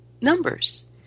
numbers